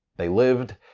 they lived,